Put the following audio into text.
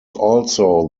also